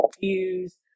views